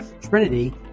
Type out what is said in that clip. Trinity